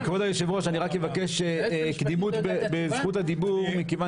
רק אבקש קדימות בזכות הדיבור כיוון